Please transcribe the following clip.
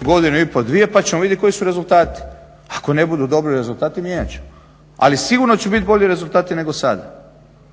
godinu i pol, dvije pa ćemo vidjeti koji su rezultati. Ako ne budu dobri rezultati mijenjat ćemo ali sigurno će biti bolji rezultati nego sada.